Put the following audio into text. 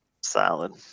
Solid